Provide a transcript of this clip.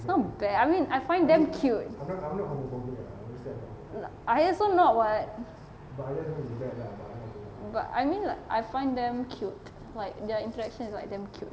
it's not bad I mean I find them cute lah I also not [what] but I mean like I find them cute like their interaction is like damn cute